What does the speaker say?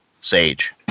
sage